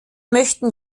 möchten